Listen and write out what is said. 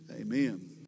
amen